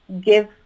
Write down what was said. give